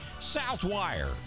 Southwire